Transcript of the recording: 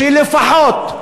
שלפחות,